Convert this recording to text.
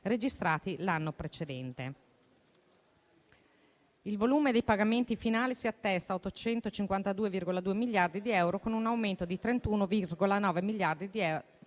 registrati l'anno precedente. Il volume dei pagamenti finali si attesta a 852,2 miliardi di euro, con un aumento di 31,9 miliardi di euro